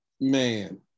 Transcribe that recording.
man